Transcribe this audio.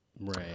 Right